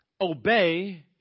Obey